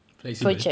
flexible